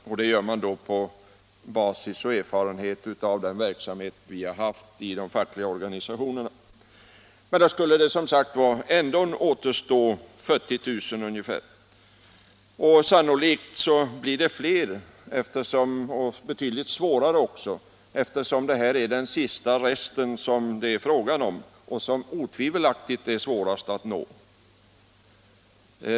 Denna beräkning har gjorts på basis av de erfarenheter av verksamheten som vi fått i de fackliga organisationerna. Men även om man anslår 1 milj.kr. skulle det alltså komma att återstå 40 000 invandrare som inte fått undervisning i svenska. Sannolikt kommer siffran att bli ännu större, eftersom det här är fråga om den sista resten, som det otvivelaktigt är svårast att nå.